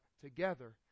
together